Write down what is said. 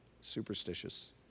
Superstitious